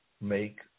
make